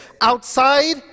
outside